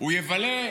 הוא יבלה,